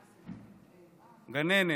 גננת,